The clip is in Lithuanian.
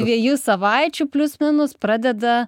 dviejų savaičių plius minus pradeda